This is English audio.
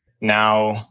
Now